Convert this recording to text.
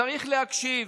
צריך להקשיב,